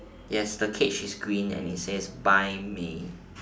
yes the cage is green and it says buy me